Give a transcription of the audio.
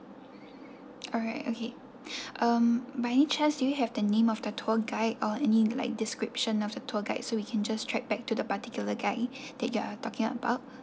alright okay um by any chance do you have the name of the tour guide or any like description of the tour guide so we can just track back to the particular guy that you are talking about